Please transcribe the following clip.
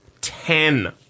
ten